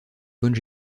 bonne